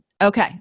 Okay